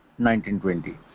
1920